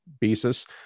basis